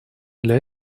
для